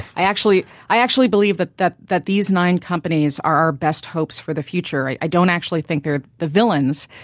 i actually i actually believe that that these nine companies are our best hope for the future. i i don't actually think they're the villains,